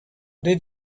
did